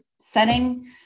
setting